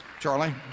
Charlie